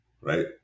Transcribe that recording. right